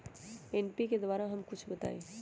NPK बारे म कुछ बताई?